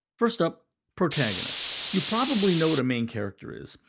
first up protagonist. you probably know what a main character is.